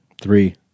Three